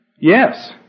Yes